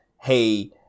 hey